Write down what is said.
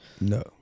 No